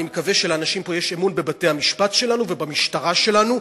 אני מקווה שלאנשים פה יש אמון בבתי-המשפט שלנו ובמשטרה שלנו.